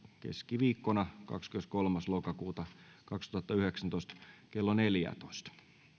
keskiviikkona kahdeskymmeneskolmas kymmenettä kaksituhattayhdeksäntoista kello neljätoista